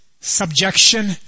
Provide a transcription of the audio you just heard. subjection